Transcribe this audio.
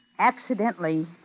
accidentally